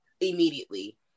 immediately